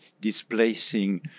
displacing